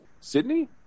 Sydney